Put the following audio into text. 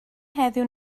heddiw